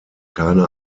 keine